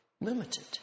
limited